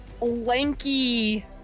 lanky